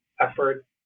effort